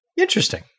Interesting